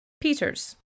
peters